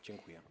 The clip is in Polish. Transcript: Dziękuję.